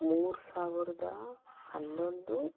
ಮೂರು ಸಾವಿರದ ಹನ್ನೊಂದು